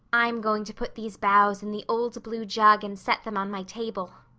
i'm going to put these boughs in the old blue jug and set them on my table.